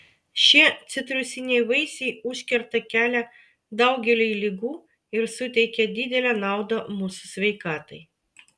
šie citrusiniai vaisiai užkerta kelią daugeliui ligų ir suteikia didelę naudą mūsų sveikatai